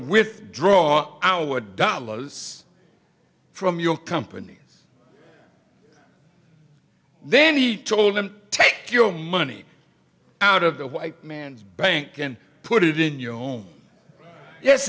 withdraw our dollars from your companies then he told them take your money out of the white man's bank and put it in your